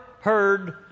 heard